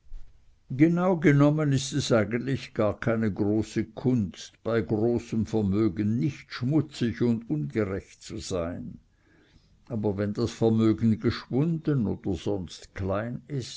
genau genommen ist es eigentlich gar keine große kunst bei großem vermögen nicht schmutzig und ungerecht zu sein aber wenn das vermögen geschwunden oder sonst klein ist